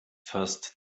first